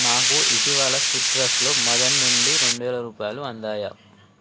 నాకు ఇటీవల సిట్రస్లో మదన్ నుండి రెండు వేల రూపాయలు అందాయా